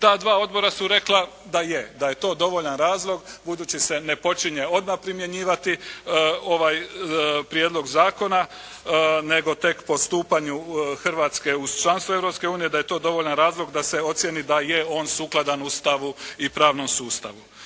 Ta dva odbora su rekla da je, da je to dovoljan razlog budući se ne počinje odmah primjenjivati ovaj prijedlog zakona, nego tek po stupanju Hrvatske u članstvo Europske unije, da je to dovoljan razlog da se ocjeni da je on sukladan Ustavu i pravnom sustavu.